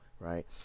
right